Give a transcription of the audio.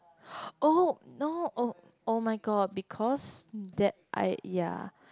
oh no oh oh-my-god because that I ya